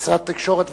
משרד התקשורת,